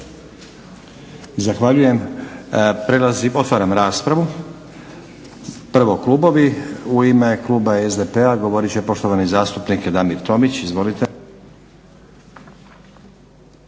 Zahvaljujem. Otvaram raspravu. Prvo klubovi. U ime Kluba SDP-a govoriti će poštovani zastupnik Damir Tomić. Izvolite!